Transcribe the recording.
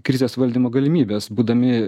krizės valdymo galimybes būdami